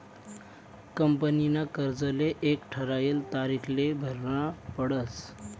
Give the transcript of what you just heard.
कंपनीना कर्जले एक ठरायल तारीखले भरनं पडस